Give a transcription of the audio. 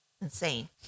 insane